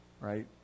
right